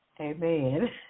Amen